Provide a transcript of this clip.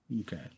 Okay